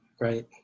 right